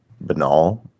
banal